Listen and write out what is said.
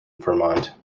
vermont